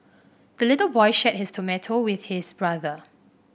the little boy shared his tomato with his brother